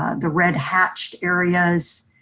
ah the red hatched areas,